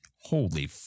Holy